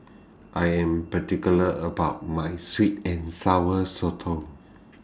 I Am particular about My Sweet and Sour Sotong